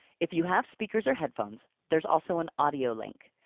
if you have speakers or headphones there's also an audio link.